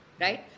right